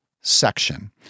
section